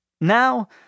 Now